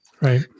Right